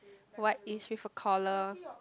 whitish with a collar